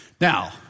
Now